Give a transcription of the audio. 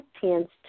tends